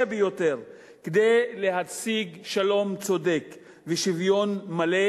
ביותר כדי להשיג שלום צודק ושוויון מלא,